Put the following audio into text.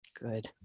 Good